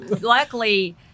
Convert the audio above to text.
luckily